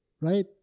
Right